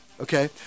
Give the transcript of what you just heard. okay